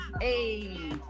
hey